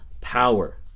power